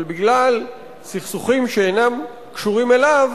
אבל בגלל סכסוכים שאינם קשורים אליו